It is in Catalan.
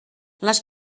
les